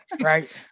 right